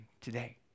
today